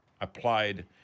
applied